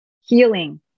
healing